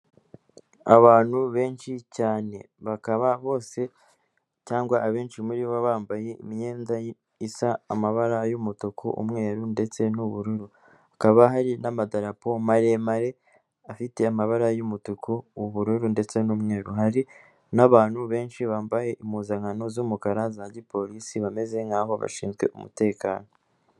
Abantu benshi cyane bakaba bose cyangwa abenshi muri bo bambaye imyenda isa amabara y'umutuku, umweru ndetse n'ubururu, hakaba hari n'amadarapo maremare afite amabara y'umutuku, ubururu ndetse n'umweru, hari n'abantu benshi bambaye impuzankano z'umukara za gipolisi bameze nk'aho bashinzwe umutekano.